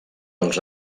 els